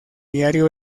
diario